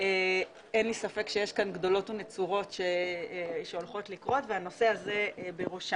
אין לי ספק שיש כאן גדולות ונצורות שהולכות לקרות והנושא הזה בראשן.